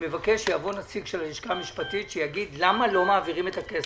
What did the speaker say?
יבוא נציג של הלשכה המשפטית ויגיד למה לא מעבירים את הכסף.